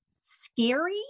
scary